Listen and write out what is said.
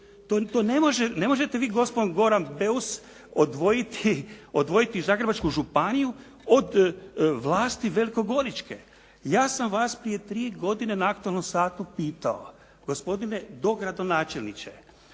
Ne možete vi, gospon Goran Beus, odvojiti Zagrebačku županiju od vlasti velikogoričke. Ja sam vas prije tri godine na aktualnom satu pitao gospodine dogradonačelniče,